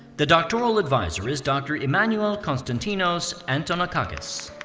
the doctoral advisor is dr. emmanouil konstantinos antonakakis